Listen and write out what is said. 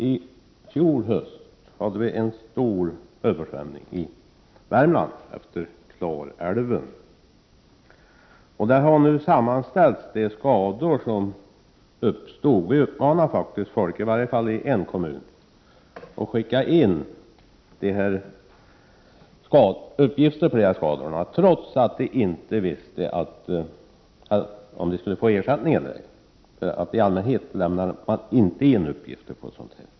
I fjol hade vi en stor översvämning utefter Klarälven i Värmland. Där har man nu sammanställt uppgifter om de skador som uppstod. Vi uppmanade faktiskt folk, i varje fall i en kommun, att skicka in uppgifter om skadorna, trots att de inte visste om de skulle få ersättning eller ej; i allmänhet lämnar man inte in uppgifter om sådant.